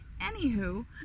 Anywho